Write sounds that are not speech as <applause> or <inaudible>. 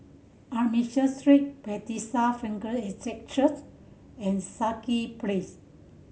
Armenian Street Bethesda Frankel Estate Church and <unintelligible> Place